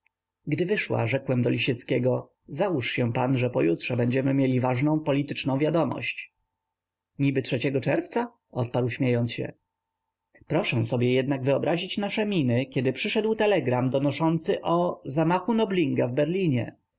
gdy wyszła rzekłem do lisieckiego załóż się pan że pojutrze będziemy mieli ważną polityczną wiadomość niby trzeciego czerwca odparł śmiejąc się proszę sobie jednak wyobrazić nasze miny kiedy przyszedł telegram donoszący o zamachu nobilinga w berlinie